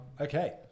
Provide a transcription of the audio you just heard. Okay